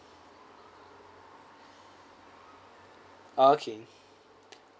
okay